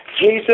Jesus